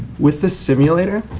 with this simulator,